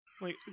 Wait